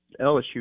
LSU